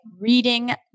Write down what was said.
reading